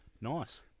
Nice